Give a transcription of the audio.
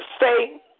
Say